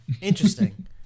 Interesting